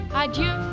adieu